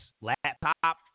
laptop